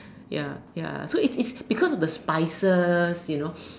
ya ya so it's it's because of the spices you know